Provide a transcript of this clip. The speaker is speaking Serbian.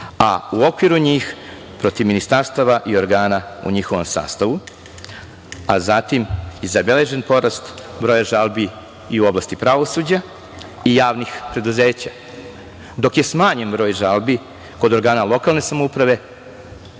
a u okviru njih protiv ministarstava i organa u njihovom sastavu, a zatim je zabeležen broj žalbi i u oblasti pravosuđa i javnih preduzeća, dok je smanjen broj žalbi kod organa lokalne samouprave,